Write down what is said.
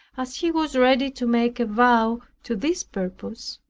as he was ready to make a vow to this purpose,